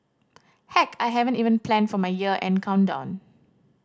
heck I haven't even plan for my year end countdown